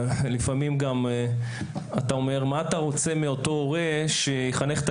לפעמים אתה אומר מה אתה רוצה מאותו הורה שיחנך את